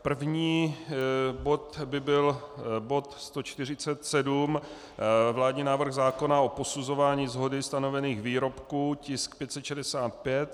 První bod by byl bod 147 vládní návrh zákona o posuzování shody stanovených výrobků, tisk 565.